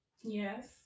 Yes